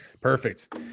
Perfect